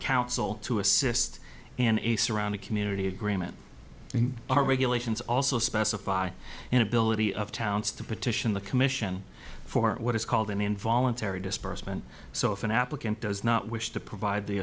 council to assist in a surrounding community agreement in our regulations also specify an ability of towns to petition the commission for what is called an involuntary disbursement so if an applicant does not wish to provide the